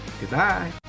Goodbye